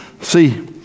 See